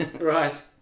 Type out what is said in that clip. Right